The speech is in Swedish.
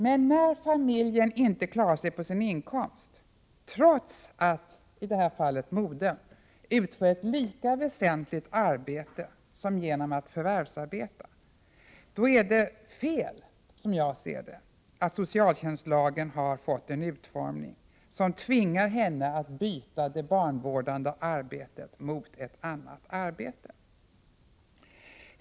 Men när familjen inte klarar sig på sin inkomst, trots att i det här fallet modern utför ett lika väsentligt arbete som genom att förvärvsarbeta, är det fel, som jag ser det, att socialtjänstlagen har fått en utformning som tvingar henne att byta det barnvårdande arbetet mot ett annat arbete.